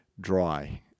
dry